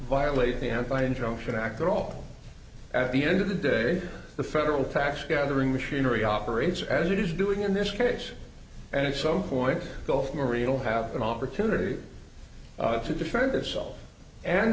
violate the anti injunction act at all at the end of the day the federal tax gathering machinery operates as it is doing in this case and so point gulf maria will have an opportunity to defend itself and